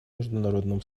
международным